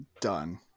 done